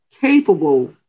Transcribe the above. capable